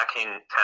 attacking